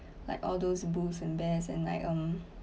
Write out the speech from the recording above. like all those bulls and bears and like um